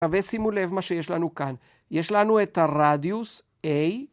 ושימו לב מה שיש לנו כאן, יש לנו את הרדיוס A.